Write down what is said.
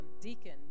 Deacon